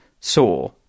saw